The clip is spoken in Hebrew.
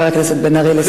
חבר הכנסת בן-ארי, לסיכום.